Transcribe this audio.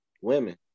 women